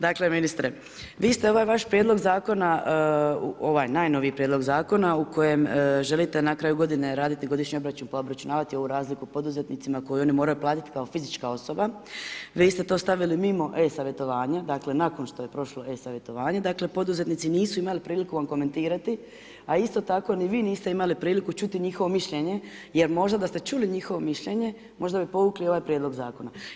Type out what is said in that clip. Dakle ministre, vi ste ovaj vaš prijedlog zakona, ovaj najnoviji prijedlog zakona u kojem želite na kraju godine raditi godišnji obračun pa obračunavati ovu razliku poduzetnicima koju oni moraju platiti kao fizička osoba, vi ste to stavili mimo e savjetovanja, dakle nakon što je prošlo e savjetovanje, dakle poduzetnici nisu imali priliku vam komentirati, a isto tako ni vi niste imali priliku čuti njihovo mišljenje, jer možda da ste čuli njihovo mišljenje, možda bi povukli ovaj prijedlog zakona.